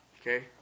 Okay